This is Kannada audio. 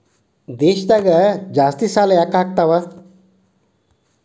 ದೇಶದಾಗ ಜಾಸ್ತಿಸಾಲಾ ಯಾಕಾಗ್ತಾವ?